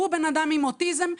הוא אדם עם אוטיזם,